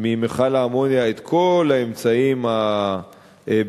ממכל האמוניה את כל האמצעים הבטיחותיים,